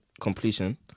completion